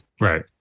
right